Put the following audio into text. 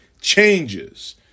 changes